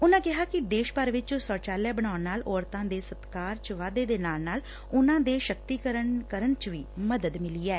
ਉਨ੍ਹਾ ਕਿਹਾ ਕਿ ਦੇਸ਼ ਭਰ ਚ ਸ਼ੋਚਾਲਿਆ ਬਣਾਉਣ ਨਾਲ ਔਰਤਾ ਦੇ ਸਤਿਕਾਰ ਚ ਵਾਧੇ ਦੇ ਨਾਲ ਨਾਲ ਉਨੂਾ ਦੇ ਸ਼ਕਤੀਕਰਨ ਕਰਨ ਵਿਚ ਵੀ ਮਦਦ ਮਿਲੀ ਐ